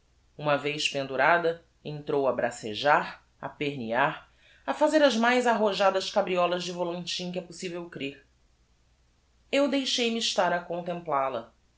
uma vez pendurada entrou a bracejar a pernear a fazer as mais arrojadas cabriolas de volantim que é possivel crer eu deixei-me estar a contemplal a